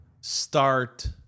start